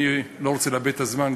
אני לא רוצה לאבד את הזמן,